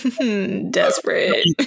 Desperate